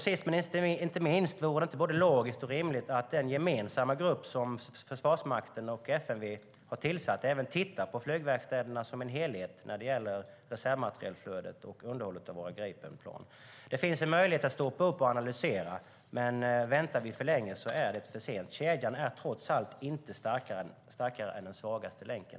Sist men inte minst: Vore det inte både logiskt och rimligt att den gemensamma grupp som Försvarsmakten och FMV har tillsatt även tittar på flygverkstäderna som helhet när det gäller reservmaterielflödet och underhållet av våra Gripenplan? Det finns en möjlighet att stoppa upp och analysera. Men väntar vi för länge är det för sent. Kedjan är trots allt inte starkare än den svagaste länken.